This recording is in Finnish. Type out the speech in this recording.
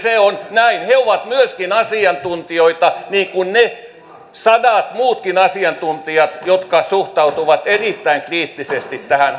näin he ovat myöskin asiantuntijoita niin kuin ne sadat muutkin asiantuntijat jotka suhtautuvat erittäin kriittisesti tähän